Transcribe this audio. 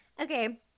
Okay